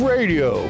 Radio